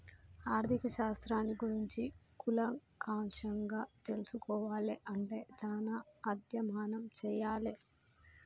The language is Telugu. ఆర్ధిక శాస్త్రాన్ని గురించి కూలంకషంగా తెల్సుకోవాలే అంటే చానా అధ్యయనం చెయ్యాలే